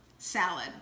salad